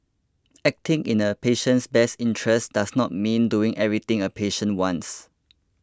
acting in a patient's best interests does not mean doing everything a patient wants